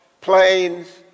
planes